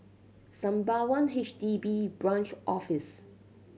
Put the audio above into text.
Sembawang H D B Branch Office